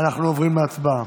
אנחנו עוברים להצבעה.